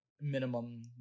minimum